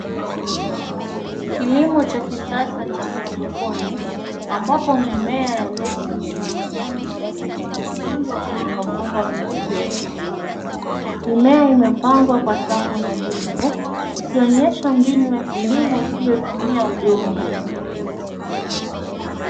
Kilimo cha kisasa cha hydroponic ambapo mimea ya lettuce zenye majani mabichi yamepandwa kwenye mabomba meupe ya buluu. Mimea imepandwa kwa safu nadhifu ikionyesha mbinu ya kilimo isiyotumia udongo.